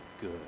good